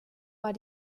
war